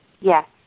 yes